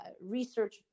research